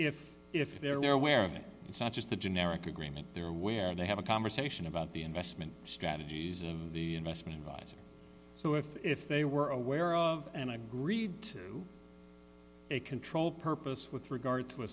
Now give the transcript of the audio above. if if they're aware of it it's not just a generic agreement there where they have a conversation about the investment strategies and the investment advisors so if if they were aware of and i agreed to a control purpose with regard to a